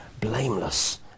blameless